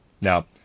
Now